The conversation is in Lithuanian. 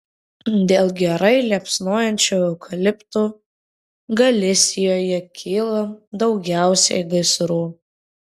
dėl gerai liepsnojančių eukaliptų galisijoje kyla daugiausiai gaisrų